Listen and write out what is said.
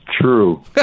True